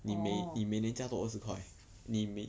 你每你每年加多二十块你每